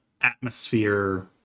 atmosphere